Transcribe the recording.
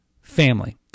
Family